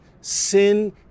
Sin